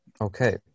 Okay